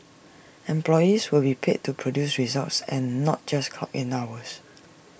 employees will be paid to produce results and not just clock hours